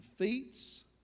defeats